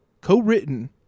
co-written